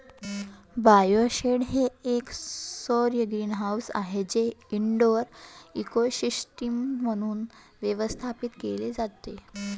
bioshelter हे एक सौर ग्रीनहाऊस आहे जे इनडोअर इकोसिस्टम म्हणून व्यवस्थापित केले जाते